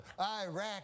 Iraq